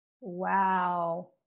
Wow